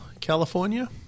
California